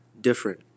Different